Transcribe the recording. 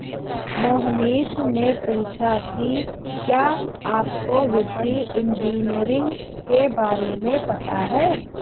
मोहनीश ने पूछा कि क्या आपको वित्तीय इंजीनियरिंग के बारे में पता है?